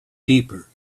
deeper